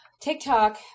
TikTok